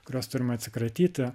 kurios turim atsikratyti